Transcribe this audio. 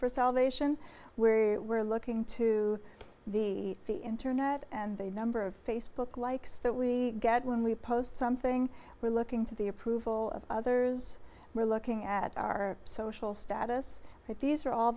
for salvation where we're looking to the internet and the number of facebook likes that we get when we post something we're looking to the approval of others we're looking at our social status at these are all